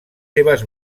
seves